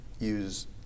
use